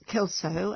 Kelso